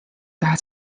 tahad